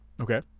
Okay